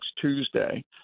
Tuesday